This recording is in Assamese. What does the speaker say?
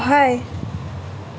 সহায়